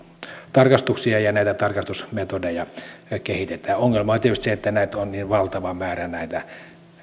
tarkastuksia ja näitä tarkastusmetodeja kehitetään ongelma on tietysti se että on niin valtava määrä näitä